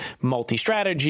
multi-strategy